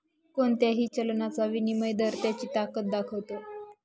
कोणत्याही चलनाचा विनिमय दर त्याची ताकद दाखवतो